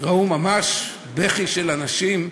ראו ממש בכי של אנשים.